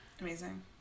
Amazing